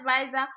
advisor